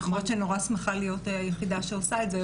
למרות שאני מאוד שמחה להיות היחידה שעושה את זה,